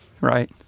Right